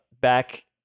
back